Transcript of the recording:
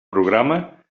programa